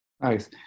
Nice